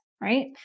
right